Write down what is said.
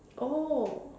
oh